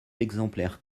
exemplaires